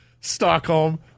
Stockholm